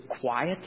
quiet